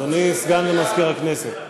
אדוני סגן מזכירת הכנסת,